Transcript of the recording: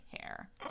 hair